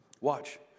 Watch